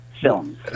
films